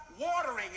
watering